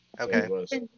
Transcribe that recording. Okay